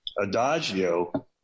Adagio